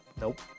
Nope